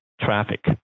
traffic